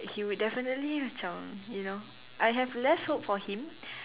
he would definitely macam you know I have less hope for him